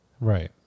Right